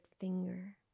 finger